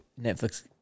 Netflix